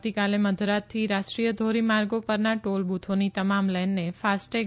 આવતીકાલે મધરાતથી રાષ્ટ્રીય ધોરીમાર્ગો પરના ટોલ બુથોની તમામ લેનને ફાસ્ટેગ